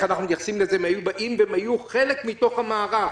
אנחנו מתייחסים לזה והם היו חלק מתוך המערך.